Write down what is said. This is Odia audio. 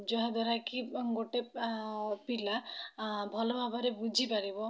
ଯାହାଦ୍ୱାରା କି ଗୋଟେ ପିଲା ଭଲ ଭାବରେ ବୁଝିପାରିବ